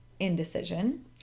Indecision